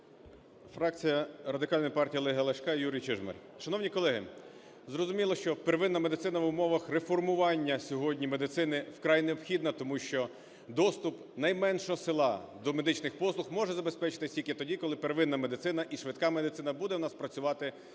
Фракція Радикальної партії Олега Ляшка, Юрій Чижмарь. Шановні колеги, зрозуміло, що первинна медицина в умовах реформування сьогодні медицини сьогодні вкрай необхідна, тому що доступ найменшого села до медичних послуг може забезпечитися тільки тоді, коли первинна медицина і швидка медицина буде у нас працювати на